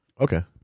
Okay